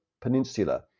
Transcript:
Peninsula